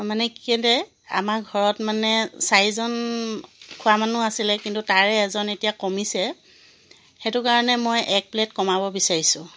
মানে কেলে আমাৰ ঘৰত মানে চাৰিজন খোৱা মানুহ আছিলে কিন্তু তাৰে এজন এতিয়া কমিছে সেইটো কাৰণে মই এক প্লে'ট কমাব বিচাৰিছোঁ